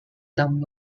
dame